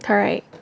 correct